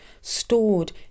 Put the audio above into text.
stored